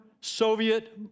Soviet